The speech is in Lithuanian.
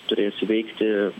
turės įveikti